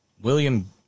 William